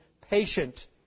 patient